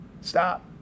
Stop